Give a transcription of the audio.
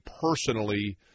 personally